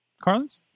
Carlin's